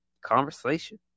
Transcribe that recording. conversation